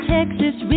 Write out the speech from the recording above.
Texas